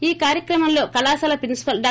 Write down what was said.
ఈ కార్యక్రమంలో కళాశాల ప్రిన్సిపాల్ డా